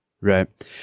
Right